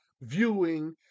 viewing